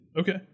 Okay